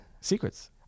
Secrets